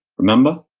remember,